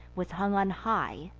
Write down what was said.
was hung on high,